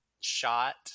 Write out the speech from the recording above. shot